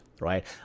right